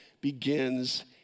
begins